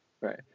right